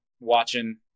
watching